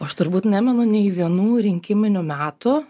aš turbūt nemenu nei vienų rinkiminių metų